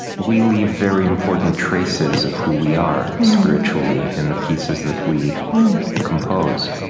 we leave very important traces of who we are spiritually in the pieces that we compose.